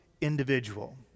individual